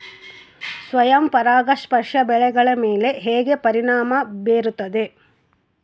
ಸ್ವಯಂ ಪರಾಗಸ್ಪರ್ಶ ಬೆಳೆಗಳ ಮೇಲೆ ಹೇಗೆ ಪರಿಣಾಮ ಬೇರುತ್ತದೆ?